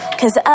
cause